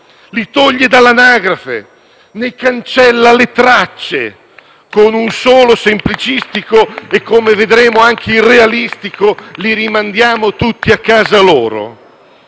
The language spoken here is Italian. li toglie dall'anagrafe, ne cancella le tracce con un solo semplicistico e - come vedremo - anche irrealistico «li rimandiamo tutti a casa loro».